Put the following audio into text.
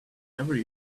every